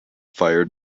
fire